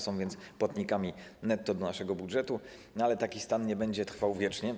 Są więc płatnikami netto do naszego budżetu, ale taki stan nie będzie trwał wiecznie.